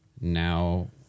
now